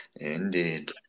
Indeed